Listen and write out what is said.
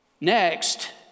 Next